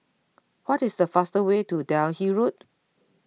what is the fastest way to Delhi Road